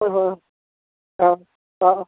ꯍꯣꯏ ꯍꯣꯏ ꯑꯧ ꯑꯧ